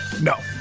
No